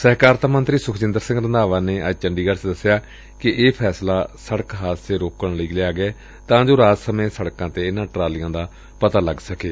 ਸਹਿਕਾਰਤਾ ਮੰਤਰੀ ਸੁਖਜਿੰਦਰ ਸਿੰਘ ਰੰਧਾਵਾ ਨੇ ਅੱਜ ਚੰਡੀਗੜ੍ਹ ਚ ਦਸਿਆ ਕਿ ਇਹ ਫੈਸਲਾ ਸਤਕ ਹਾਦਸੇ ਰੋਕਣ ਲਈ ਲਿਆ ਗਿਐ ਤਾਂ ਜੋ ਰਾਤ ਸਮੇਂ ਸਤਕਾਂ ਤੇ ਇਨੂਾਂ ਟਰਾਲੀਆਂ ਦਾ ਪਤਾ ਲੱਗ ਸਕੇ